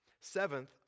Seventh